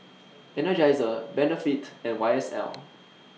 Energizer Benefit and Y S L